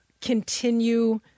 continue